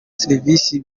serivisi